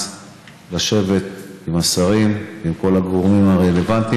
לשבת עם השרים ועם כל הגורמים הרלוונטיים,